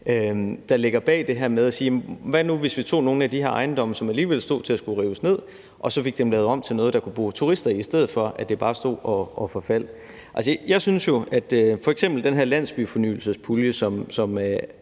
der ligger bag det her, ved at sige: Hvad nu, hvis vi tog nogle af de her ejendomme, som alligevel stod til at skulle rives ned, og så fik dem lavet om til noget, der kunne bo turister i, i stedet for at de bare stod og forfaldt? F.eks. den her landsbyfornyelsespulje, som